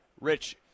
Rich